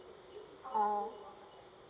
uh